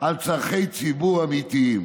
על צורכי ציבור אמיתיים.